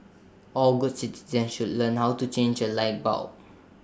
all good citizens should learn how to change A light bulb